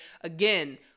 Again